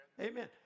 Amen